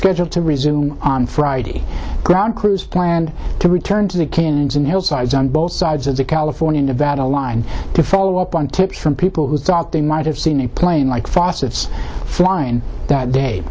scheduled to resume on friday ground crews planned to return to the kinston hillsides on both sides of the california nevada line to follow up on two from people who thought they might have seen a plane like faucets flying that day